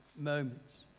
moments